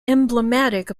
emblematic